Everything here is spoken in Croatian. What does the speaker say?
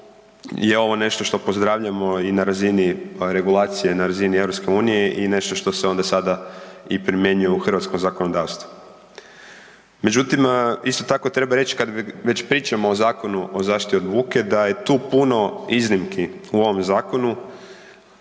je ovo nešto što pozdravljamo i na razini regulacije na razini EU i nešto što se sada primjenjuje u hrvatsko zakonodavstvo. Međutim isto tako treba reći kada već pričamo o Zakonu o zaštiti od buke da je tu puno iznimki u ovom zakonu